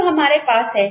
जो हमारे पास है